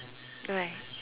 right